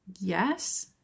Yes